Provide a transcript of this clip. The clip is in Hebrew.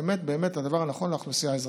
באמת באמת את הדבר הנכון לאוכלוסייה האזרחית.